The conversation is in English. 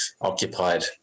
occupied